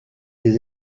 des